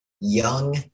young